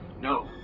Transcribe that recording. no